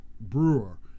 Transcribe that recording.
Brewer